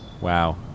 Wow